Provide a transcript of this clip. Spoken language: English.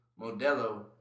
Modelo